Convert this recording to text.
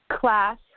class